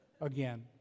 again